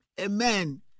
Amen